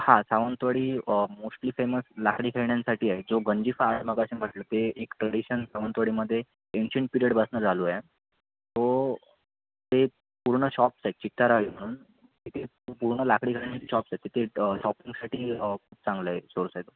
हा Sawantwadi mostly famous लाकडी खेळण्यांसाठी आहे जो गंजिफा आर्ट मघाशी म्हटलं ते एक ट्रेडिशन सावंतवाडीमध्ये एन्शियंट पीरियडपासून चालू आहे सो ते पूर्ण शॉप्स आहेत चितारआळी म्हणून तिथे पूर्ण लाकडी खेळण्यांची शॉप्स आहेत तिथे शॉपिंगसाठी खूप चांगलं आहे सोर्स आहे तो